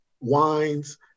wines